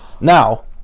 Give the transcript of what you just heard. Now